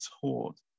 taught